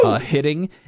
hitting